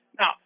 Now